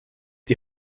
die